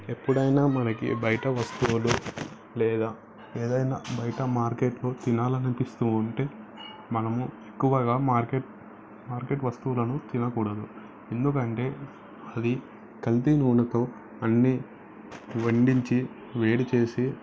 ఎప్పుడైనా మనకి బయట వస్తువులు లేదా ఏదైనా బయట మార్కెట్లో తినాలనిపిస్తూ ఉంటే మనము ఎక్కువగా మార్కెట్ మార్కెట్ వస్తువులను తినకూడదు ఎందుకంటే అది కల్తీ నూనెతో అన్నీ వండించి వేడి చేసి